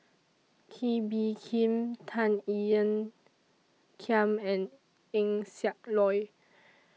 Kee Bee Khim Tan Ean Kiam and Eng Siak Loy